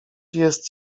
jest